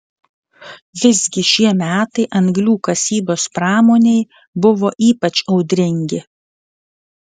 visgi šie metai anglių kasybos pramonei buvo ypač audringi